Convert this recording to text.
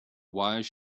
wise